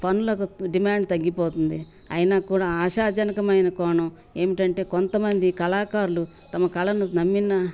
ఫన్లకు demand తగ్గిపోతుంది అయినా కూడా ఆశాజనకమైన కోణం ఏమిటంటే కొంతమంది కళాకారులు తమ కళను నమ్మిన